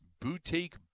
boutique